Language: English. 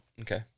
Okay